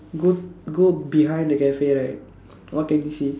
go go behind the cafe right what can you see